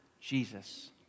Jesus